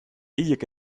hilik